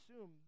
assume